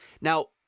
Now